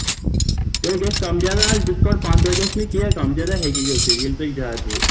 تیٚلہِ گژھِ کم زیادٕ ڈِسکونٛٹ پنٛژہ گژھِ نہٕ کینہہ کم زیادٕ ہیٚکہِ گٔژھِتھ ییٚلہِ تۄہہِ زیادٕ نِیو